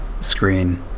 screen